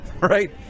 Right